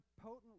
potent